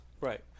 Right